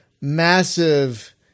massive